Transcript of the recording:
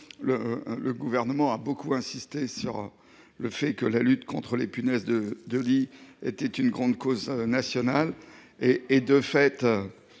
Le Gouvernement a beaucoup insisté sur le fait que la lutte contre les punaises de lit était une grande cause nationale.